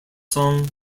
song